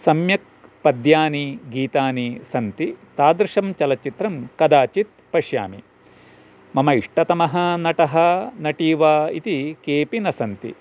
सम्यक् पद्यानि गीतानि सन्ति तादृशं चलच्चित्रं कदाचित् पश्यामि मम इष्टतमः नटः नटी वा इति केपि न सन्ति